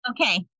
okay